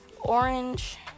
orange